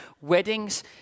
weddings